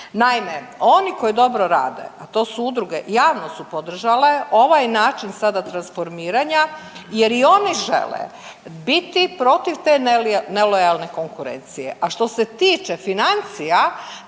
Naime, oni koji dobro rade, a to su udruge javno su podržale ovaj način sada transformiranja jer i oni žele biti protiv te nelojalne konkurencije. A što se tiče financija